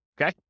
Okay